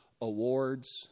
awards